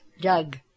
Doug